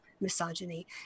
misogyny